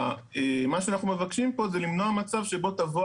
מה שאנחנו מבקשים פה זה למנוע מצב שבו תבוא